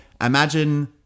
imagine